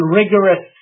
rigorous